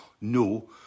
No